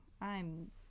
I'm-